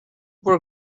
were